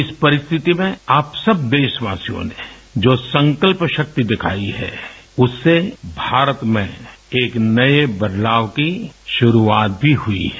इस परिस्थिति में आप सब देशवासियों ने जो संकल्प शक्ति दिखाई है उससे भारत में एक नए बदलाव की शुरुआत भी हुई है